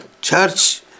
Church